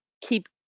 keep